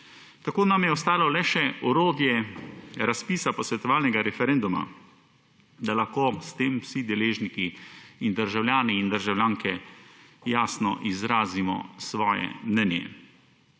Tako nam je ostalo le še orodje razpisa posvetovalnega referenduma, da lahko s tem vsi deležniki in državljani in državljanke jasno izrazimo svoje mnenje.